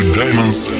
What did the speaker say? diamonds